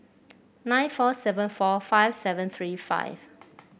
nine four seven four five seven three five